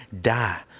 die